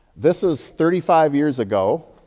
this is thirty five years ago.